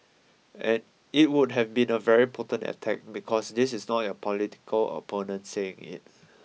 and it would have been a very potent attack because this is not your political opponent saying it